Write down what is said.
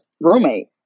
roommate